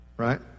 right